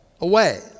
away